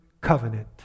covenant